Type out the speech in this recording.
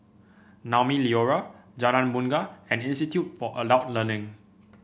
Naumi Liora Jalan Bungar and Institute for Adult Learning